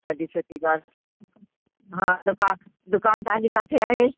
ॾाढी सुठी ॻाल्हि हा दुकानु दुकानु तव्हांजी किथे आहे